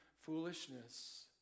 foolishness